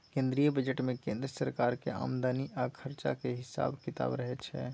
केंद्रीय बजट मे केंद्र सरकारक आमदनी आ खरचाक हिसाब किताब रहय छै